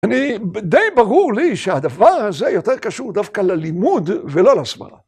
אני די ברור לי שהדבר הזה יותר קשור דווקא ללימוד ולא להסברה.